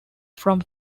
from